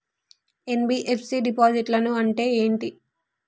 NBFC డిపాజిట్లను అంటే ఏంటి?